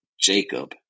Jacob